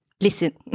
listen